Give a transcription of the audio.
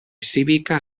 cívica